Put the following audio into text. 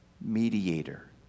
mediator